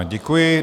Děkuji.